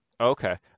Okay